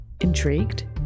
Intrigued